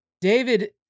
David